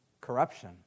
Corruption